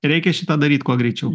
reikia šitą daryt kuo greičiau